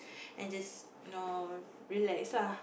and just know relax lah